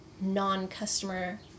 non-customer